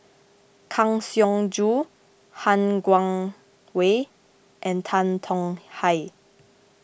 Kang Siong Joo Han Guangwei and Tan Tong Hye